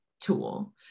tool